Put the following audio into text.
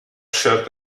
shirt